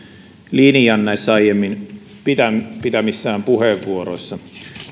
linjan näissä aiemmin pitämissään puheenvuoroissa me